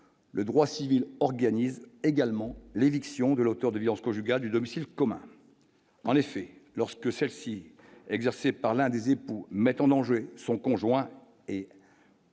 le droit civil organise également l'éviction de l'auteur de violences conjugales du domicile commun, en effet, lorsque celle-ci exercée par l'un des époux mettent en danger son conjoint et.